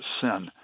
sin